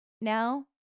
now